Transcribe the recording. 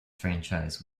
franchise